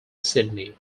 sydney